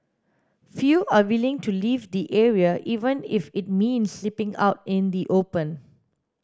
few are willing to leave the area even if it means sleeping out in the open